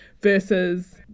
versus